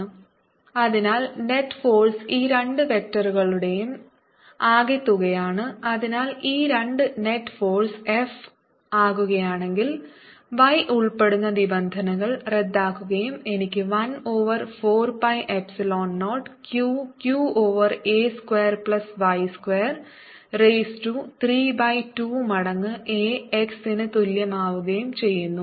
F214π0Qqa2y232 അതിനാൽ net force ഈ രണ്ട് വെക്റ്ററുകളുടെയും ആകെത്തുകയാണ് അതിനാൽ ഈ രണ്ട് നെറ്റ് ഫോഴ്സ് F ആകുകയാണെങ്കിൽ y ഉൾപ്പെടുന്ന നിബന്ധനകൾ റദ്ദാക്കുകയും എനിക്ക് 1 over 4 pi epsilon 0 Q q over a square plus y square raise to 3 by 2 മടങ്ങ് a x ന് തുല്യമാവുകയും ചെയ്യുന്നു